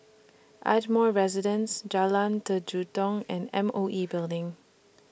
Ardmore Residence Jalan and M O E Building